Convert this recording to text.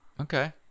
Okay